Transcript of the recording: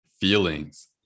feelings